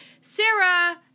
Sarah